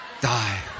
Die